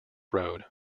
road